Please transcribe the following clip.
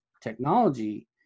technology